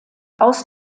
aus